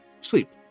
sleep